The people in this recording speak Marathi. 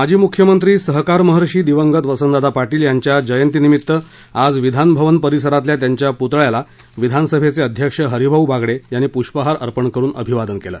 माजी मुख्यमंत्री सहकार महर्षी दिवंगत वसंतदादा पाटील यांच्या जयंतीनिमित्त आज विधान भवन परिसरातील त्यांच्या प्तळ्याला विधानसभेचे अध्यक्ष हरिभाऊ बागडे यांनी प्ष्पहार अर्पण करुन अभिवादन केलं